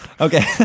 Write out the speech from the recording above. Okay